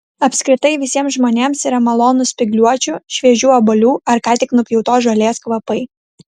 apskritai visiems žmonėms yra malonūs spygliuočių šviežių obuolių ar ką tik nupjautos žolės kvapai